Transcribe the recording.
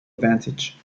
advantage